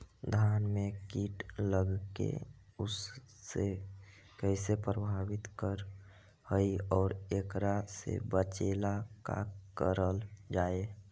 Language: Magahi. धान में कीट लगके उसे कैसे प्रभावित कर हई और एकरा से बचेला का करल जाए?